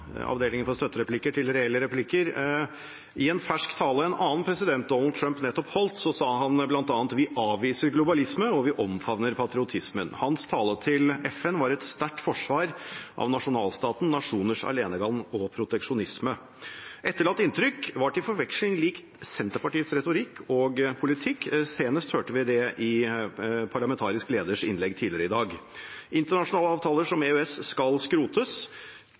avdelingen for støttereplikker til reelle replikker. I en fersk tale en annen president, Donald Trump, nettopp holdt, sa han bl.a: Vi avviser globalisme, og vi omfavner patriotismen. Hans tale til FN var et sterkt forsvar av nasjonalstaten, nasjoners alenegang og proteksjonisme. Etterlatt inntrykk var til forveksling lik Senterpartiets retorikk og politikk. Senest hørte vi det i parlamentarisk leders innlegg tidligere i dag. Internasjonale avtaler som EØS-avtalen skal skrotes.